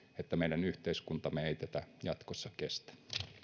että meidän yhteiskuntamme ei tätä jatkossa kestä